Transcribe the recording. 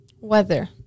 weather